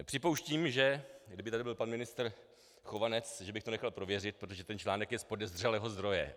Připouštím, že kdyby tady byl pan ministr Chovanec, že bych to nechal prověřit, protože ten článek je z podezřelého zdroje.